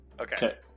Okay